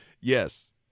yes